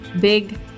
big